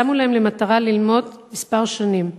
ששמו להם למטרה ללמוד מספר שנים.